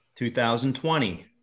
2020